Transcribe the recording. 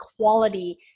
quality